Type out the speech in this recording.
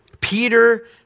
Peter